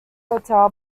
hotel